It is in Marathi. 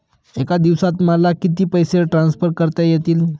एका दिवसात मला किती पैसे ट्रान्सफर करता येतील?